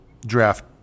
draft